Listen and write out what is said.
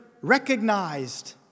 recognized